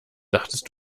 dachtest